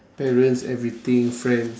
parents everything friend